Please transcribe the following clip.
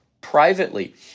privately